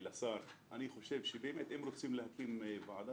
אני חושב שבאמת אם רוצים להקים ועדה,